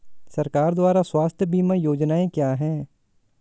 सरकार द्वारा स्वास्थ्य बीमा योजनाएं क्या हैं?